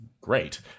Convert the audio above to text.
great